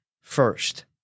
first